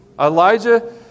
Elijah